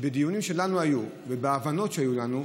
שבדיונים שהיו לנו ובהבנות שהיו לנו,